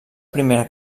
primera